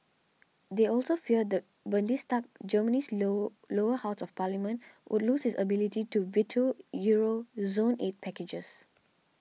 they also fear the Bundestag Germany's low lower house of parliament would loses ability to veto Euro zone aid packages